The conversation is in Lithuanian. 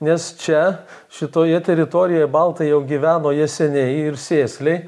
nes čia šitoje teritorijoje baltai jau gyveno jie seniai ir sėsliai